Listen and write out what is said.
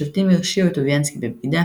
השופטים הרשיעו את טוביאנסקי בבגידה,